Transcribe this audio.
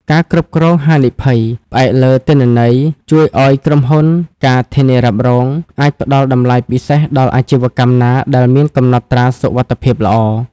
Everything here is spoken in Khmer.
ការគ្រប់គ្រងហានិភ័យ ផ្អែកលើទិន្នន័យ ជួយឱ្យក្រុមហ៊ុន ការធានារ៉ាប់រង អាចផ្ដល់តម្លៃពិសេសដល់អាជីវកម្មណាដែលមានកំណត់ត្រាសុវត្ថិភាពល្អ។